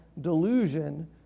delusion